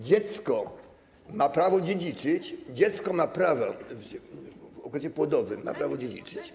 Dziecko ma prawo dziedziczyć, dziecko w okresie płodowym ma prawo dziedziczyć.